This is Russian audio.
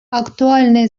актуальной